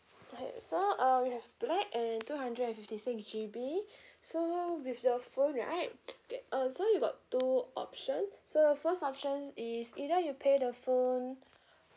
okay so um we have black and two hundred and fifty six G_B so with the phone right K uh so you got two option so the first option is either you pay the phone